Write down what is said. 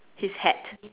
his hat